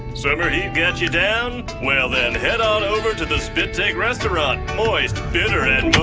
summer heat got you down? well, then head on over to the spit-take restaurant moist, bitter and.